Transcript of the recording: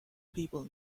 people